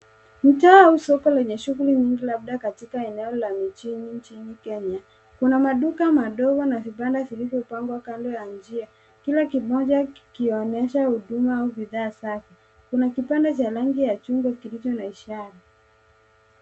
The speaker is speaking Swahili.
Mtaa au soko lenye shughuli nyingi labda katika eneo la mjini nchini Kenya. Kuna maduka madogo na vipande vilivyopangwa kando ya njia, kila kimoja kikionyesha huduma au bidhaa zake. Kuna kibanda cha rangi ya chungwa kilicho na ishara.